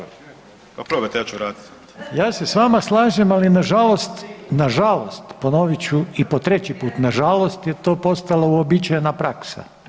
Ja se s vama slažem, ali nažalost, nažalost, ponovit ću i po treći put, nažalost je to postalo uobičajena praksa.